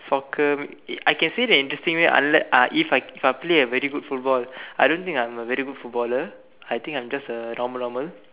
soccer I can say that in interesting way unless if I if I play it a very good football I don't think I'm a very good footballer I think I'm a just normal normal